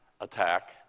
attack